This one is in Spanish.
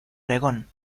oregón